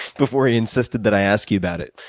before he insisted that i ask you about it.